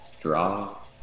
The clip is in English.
draw